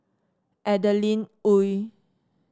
Adeline Ooi